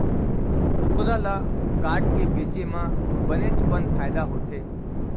कुकरा ल काटके बेचे म बनेच पन फायदा होथे